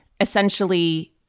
essentially